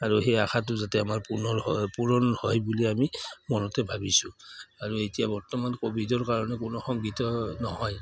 আৰু সেই আশাটো যাতে আমাৰ পুনৰ পূৰণ হয় বুলি আমি মনতে ভাবিছোঁ আৰু এতিয়া বৰ্তমান ক'ভিডৰ কাৰণে কোনো শংকিত নহয়